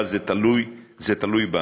אבל זה תלוי בנו.